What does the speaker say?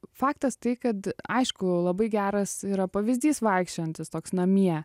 faktas tai kad aišku labai geras yra pavyzdys vaikščiojantis toks namie